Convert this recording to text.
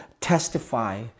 testify